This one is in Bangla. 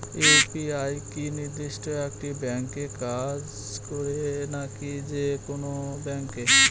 ইউ.পি.আই কি নির্দিষ্ট একটি ব্যাংকে কাজ করে নাকি যে কোনো ব্যাংকে?